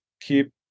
keep